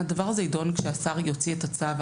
הדבר הזה יידון כשהשר יוציא את הצו.